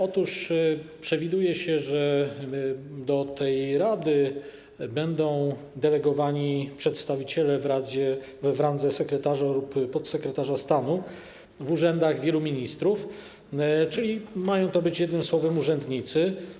Otóż przewiduje się, że do tej rady będą delegowani przedstawiciele w randze sekretarza lub podsekretarza stanu w urzędach wielu ministrów, czyli mają to być jednym słowem urzędnicy.